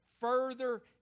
further